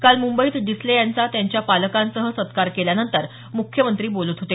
काल मुंबईत डिसले यांचा त्यांच्या पालकांसह सत्कार केल्यानंतर मुख्यमंत्री बोलत होते